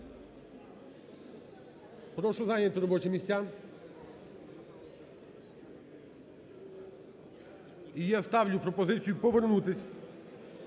Прошу зайняти робочі місця. І я ставлю пропозицію повернутись